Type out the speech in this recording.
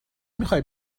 میخوایی